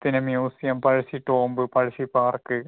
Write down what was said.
പിന്നെ museum Pazhassi tomb Pazhassi park